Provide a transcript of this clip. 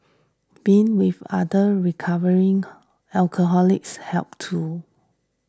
being with other recovering alcoholics helped too